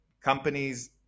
companies